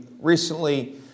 recently